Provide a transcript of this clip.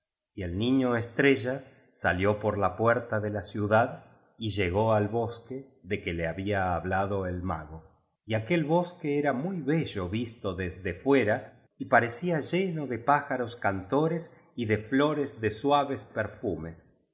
y el niño estrella salió por la puerta de la ciudad y llegó al bosque de que le había hablado el mago y aquel bosque era muy bello visto desde fuera y parecía lleno de pájaros cantores y de flores de suaves perfumes